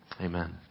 Amen